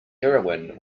heroin